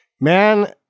man